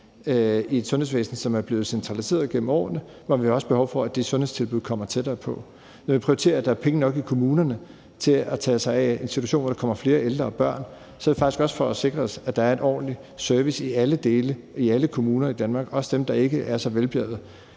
I et sundhedsvæsen, som er blevet centraliseret gennem årene, har vi også behov for, at de sundhedstilbud kommer tættere på. Når vi prioriterer, at der er penge nok i kommunerne til at tage sig af institutioner, når der kommer flere ældre og børn, er det faktisk også for at sikre os, at der er en ordentlig service i alle kommuner i Danmark, også dem, der ikke er så velbjergede